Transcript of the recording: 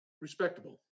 respectable